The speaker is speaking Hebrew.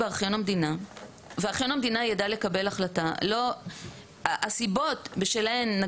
התקן של עובדי החשיפה בארכיון צה"ל ומערכת הביטחון הוא 3.3 שבהן אין